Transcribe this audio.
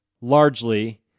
largely